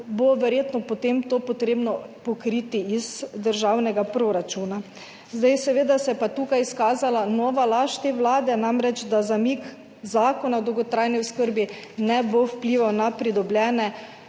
bo verjetno potem to treba pokriti iz državnega proračuna. Seveda se je pa tukaj izkazala nova laž te vlade, da zamik Zakona o dolgotrajni oskrbi ne bo vplival na pridobitev